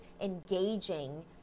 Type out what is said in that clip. engaging